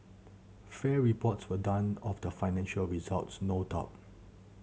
fair reports were done of the financial results no doubt